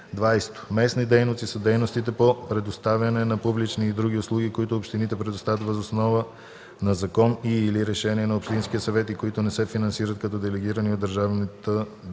20. „Местни дейности” са дейностите по предоставяне на публични и други услуги, които общините предоставят въз основа на закон и/или решение на общинския съвет и които не се финансират като делегирани от